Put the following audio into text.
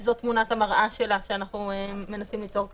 שזו תמונת המראה שלה שאנחנו מנסים ליצור כרגע.